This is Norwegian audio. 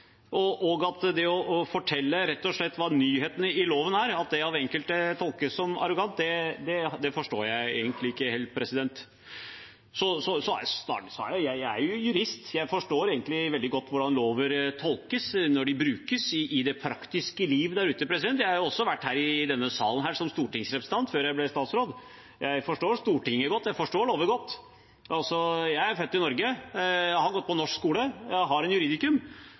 det forstår jeg egentlig ikke helt. Jeg er jo jurist, og jeg forstår veldig godt hvordan lover tolkes når de brukes i det praktiske liv der ute. Jeg har også vært her i denne sal som stortingsrepresentant før jeg ble statsråd. Jeg forstår Stortinget godt, jeg forstår lover godt. Jeg er født i Norge, jeg har gått på norsk skole, jeg har juridikum,